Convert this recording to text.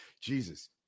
Jesus